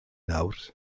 nawr